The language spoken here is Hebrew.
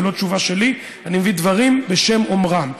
זה לא תשובה שלי, אני מביא דברים בשם אומרם.